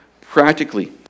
Practically